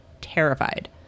terrified